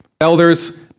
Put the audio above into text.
elders